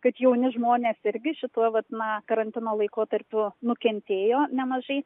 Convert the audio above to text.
kad jauni žmonės irgi šituo na karantino laikotarpiu nukentėjo nemažai